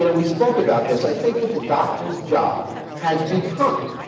and we spoke about this, i think, that the doctor's job has become